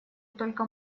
только